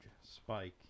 spike